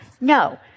No